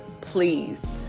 please